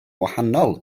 wahanol